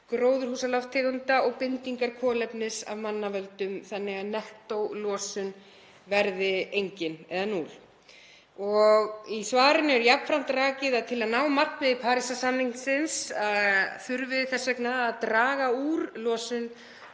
gróðurhúsalofttegunda og bindingar kolefnis af mannavöldum þannig að nettólosun verði engin eða 0. Í svarinu er jafnframt rakið að til að ná markmiði Parísarssamningsins þurfi þess vegna að draga úr losun